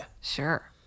Sure